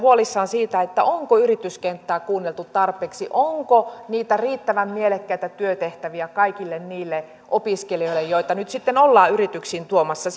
huolissamme myöskin siitä onko yrityskenttää kuunneltu tarpeeksi onko niitä riittävän mielekkäitä työtehtäviä kaikille niille opiskelijoille joita nyt sitten ollaan yrityksiin tuomassa